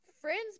Friends